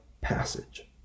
passage